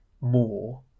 more